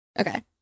okay